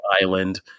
island